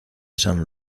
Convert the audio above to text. san